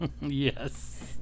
Yes